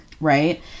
Right